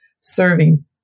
serving